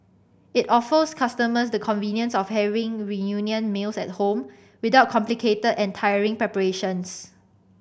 it offers customers the convenience of having reunion meals at home without complicated and tiring preparations